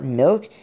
milk